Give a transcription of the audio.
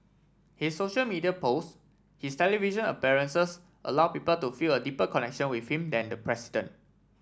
his social media post his television appearances allow people to feel a deeper connection with him than the president